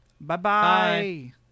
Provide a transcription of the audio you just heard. Bye-bye